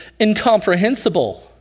incomprehensible